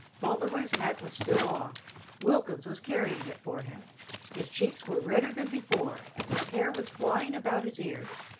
fauntleroy's hat was still off wilkins was carrying it for him his cheeks were redder than before, and his hair was flying about his ears,